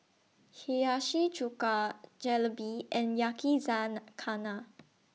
Hiyashi Chuka Jalebi and Yakizakana